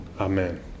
Amen